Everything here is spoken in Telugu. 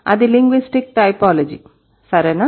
అది లింగ్విస్టిక్ టైపోలాజీ సరేనా